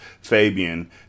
Fabian